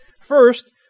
First